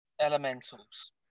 elementals